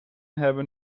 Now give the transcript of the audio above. hebben